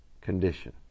condition